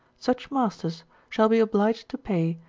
such masters shall be obliged to pay,